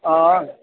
हां